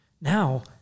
Now